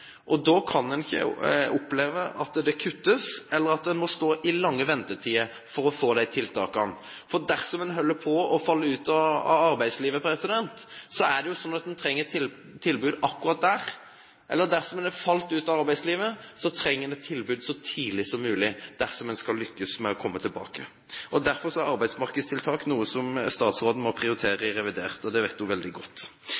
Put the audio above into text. Da kan en ikke oppleve at det kuttes, eller at en må vente lenge for å få disse tiltaksplassene. Dersom en holder på å falle ut av arbeidslivet, trenger en tilbud akkurat da. Dersom en har falt ut av arbeidslivet, trenger en et tilbud så tidlig som mulig, dersom en skal lykkes med å komme tilbake. Derfor er arbeidsmarkedstiltak noe som statsråden må